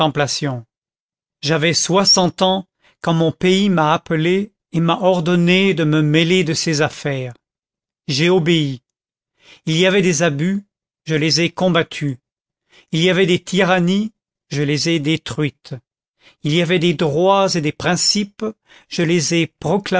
j'avais soixante ans quand mon pays m'a appelé et m'a ordonné de me mêler de ses affaires j'ai obéi il y avait des abus je les ai combattus il y avait des tyrannies je les ai détruites il y avait des droits et des principes je les ai